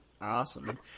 Awesome